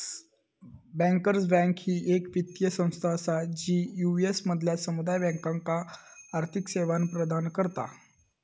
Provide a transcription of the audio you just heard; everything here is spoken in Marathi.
बँकर्स बँक ही येक वित्तीय संस्था असा जी यू.एस मधल्या समुदाय बँकांका आर्थिक सेवा प्रदान करता